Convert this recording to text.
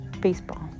baseball